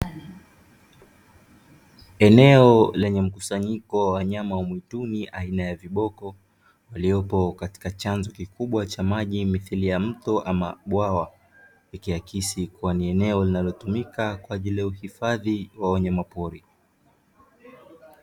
Eneo lenye mkusanyiko wa wanyama wa mwituni aina ya viboko waliopo katika chanzo kikubwa cha maji mithili ya mto ama bwawa, ikiakisi kuwa ni eneo linalotumika kwa ajili ya uhifadhi wa wanyama pori.